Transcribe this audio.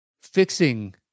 fixing